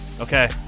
Okay